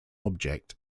object